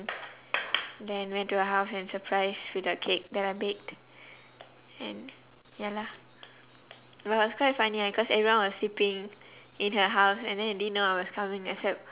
then went to her house and surprise with a cake then a bit and ya lah it was quite funny ah cause everyone was sleeping in her house and then they didn't know I was coming except